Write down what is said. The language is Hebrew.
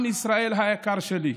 עם ישראל היקר שלי,